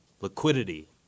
Liquidity